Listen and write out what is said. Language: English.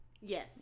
Yes